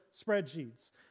spreadsheets